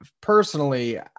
personally